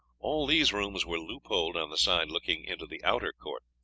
all these rooms were loopholed on the side looking into the outer court.